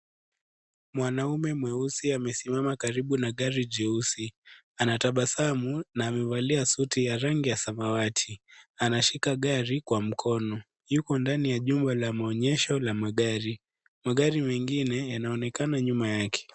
Mwanaume mweusi amesimama karibu na gari jeusi. Anatabasamu na amevalia suti ya rangi ya samawati. Anashika gari kwa mkono. Yumo ndani ya chumba la maonyesho la magari. Magari mengine yanaonekana nyuma yake.